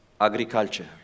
agriculture